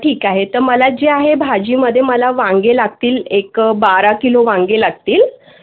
ठीक आहे तर मला जे आहे भाजीमध्ये मला वांगे लागतील एक बारा किलो वांगे लागतील